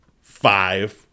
five